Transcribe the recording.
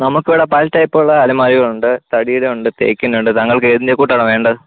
നമുക്കിവിടെ പല ടൈപ്പുള്ള അലമാരികളുണ്ട് തടിയുടെയുണ്ട് തേക്കിൻറ്റെയുണ്ട് താങ്കൾക്ക് ഏതിൻ്റെ കൂട്ടാണ് വേണ്ടത്